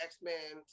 X-Men